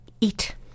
Eat